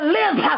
live